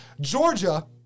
Georgia